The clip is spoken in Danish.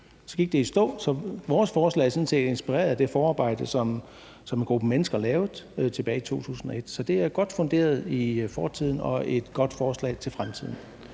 så gik det i stå. Så vores forslag er sådan set inspireret af det forarbejde, som en gruppe mennesker lavede tilbage i 2001. Så det er godt funderet i fortiden og et godt forslag til fremtiden.